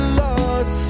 lost